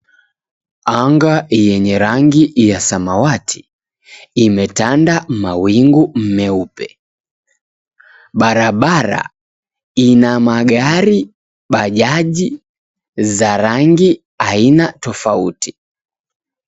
Anga yenye rangi ya samawati imetanda mawingu meupe. Barabara ina magari, bajaji za rangi aina tofauti.